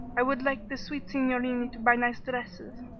i would like the sweet signorini to buy nice dresses,